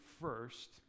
first